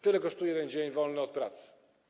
Tyle kosztuje dzień wolny od pracy.